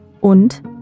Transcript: und